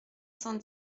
cent